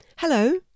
Hello